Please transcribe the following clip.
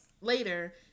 later